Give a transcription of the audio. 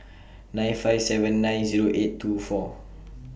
nine five seven nine Zero eight two four